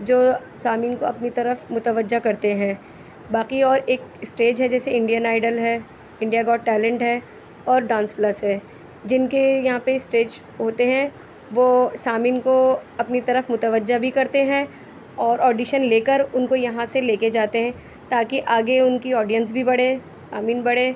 جو سامعین کو اپنی طرف متوجہ کرتے ہیں باقی اور ایک اسٹیج ہے جیسے انڈین آئڈل ہے انڈیا گوٹ ٹیلینٹ ہے اور ڈانس پلس ہے جن کے یہاں پہ اسٹیج ہوتے ہیں وہ سامعین کو اپنی طرف متوجہ بھی کرتے ہیں اور آڈیشن لے کر ان کو یہاں سے لے کے جاتے ہیں تاکہ آگے ان کی آڈینس بھی بڑھے سامعین بڑھے